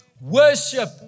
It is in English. Worship